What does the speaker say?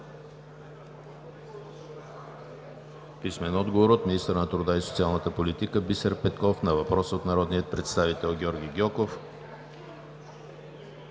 Сидорова; - министъра на труда и социалната политика Бисер Петков на въпрос от народния представител Георги Гьоков;